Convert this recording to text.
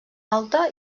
alta